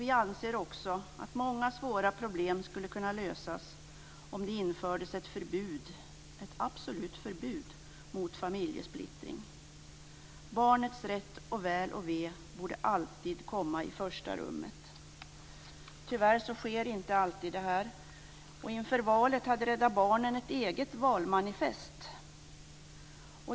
Vi anser också att många svåra problem skulle kunna lösas om det infördes ett absolut förbud mot familjesplittring. Barnets rätt och väl och ve borde alltid komma i första rummet. Tyvärr sker inte alltid detta. Inför valet hade Rädda Barnen ett eget valmanifest.